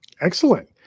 Excellent